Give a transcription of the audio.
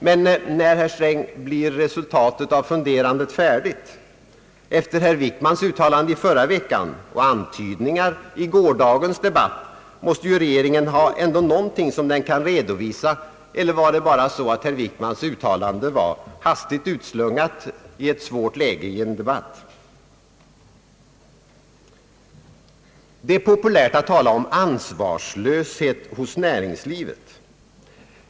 Men när, herr Sträng, blir resultatet av funderandet färdigt? Efter statsrådet Wickmans uttalande förra veckan och efter antydningar i gårdagens debatt måste ju ändå regeringen ha någonting att redovisa, eller var herr Wickmans uttalande i radiodebatten bara hastigt utslungat i ett svårt läge? Det är populärt att tala om ansvarslöshet hos näringslivet.